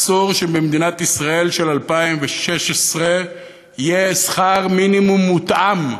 אסור שבמדינת ישראל של 2016 יהיה שכר מינימום מותאם.